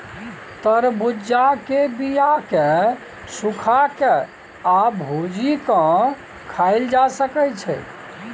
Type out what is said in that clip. तरबुज्जा के बीया केँ सुखा के आ भुजि केँ खाएल जा सकै छै